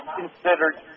considered